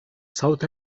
south